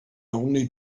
only